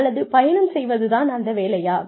அல்லது பயணம் செய்வது தான் அந்த வேலையா